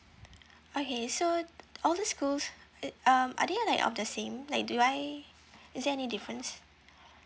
okay so all these schools it um are they like of the same like do I is there any difference